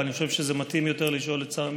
אבל אני חושב שמתאים יותר לשאול את זה את שר המשפטים.